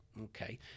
okay